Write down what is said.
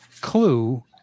clue